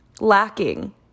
lacking